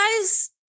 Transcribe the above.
guys